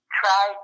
try